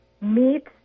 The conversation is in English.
meet